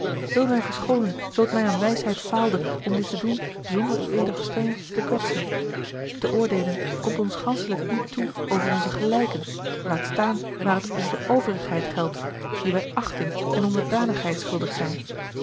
wil mij verschoonen zoo t mij aan wijsheid faalde om dit te doen zonder uedelgestrenge te kwetsen te oordeelen komt ons ganschelijk niet toe over onze gelijken laat staan waar het onze overigheid geldt die wij achting en onderdanigheid schuldig zijn